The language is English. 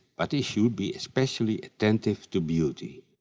but he should be especially attentive to beauty,